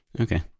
okay